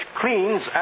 cleans